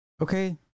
Okay